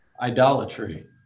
idolatry